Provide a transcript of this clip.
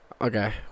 Okay